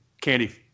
candy